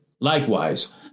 likewise